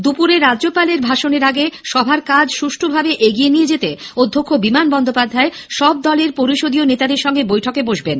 দুপুরে রাজ্যপালের অভিভাষণের আগে সভার কাজ সুষ্ঠ ভাবে এগিয়ে নিয়ে যেতে অধ্যক্ষ বিমান বন্দ্যোপাধ্যায় সব দলের পরিষদীয় নেতাদের সঙ্গে বৈঠক করবেন